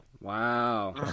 wow